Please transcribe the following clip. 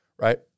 right